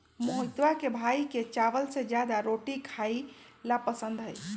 मोहितवा के भाई के चावल से ज्यादा रोटी खाई ला पसंद हई